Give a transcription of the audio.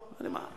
אמר לו,